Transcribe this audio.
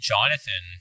Jonathan